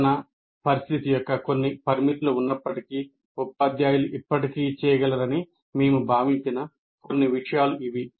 బోధనా పరిస్థితి యొక్క అన్ని పరిమితులు ఉన్నప్పటికీ ఉపాధ్యాయులు ఇప్పటికీ చేయగలరని మేము భావించిన కొన్ని విషయాలు ఇవి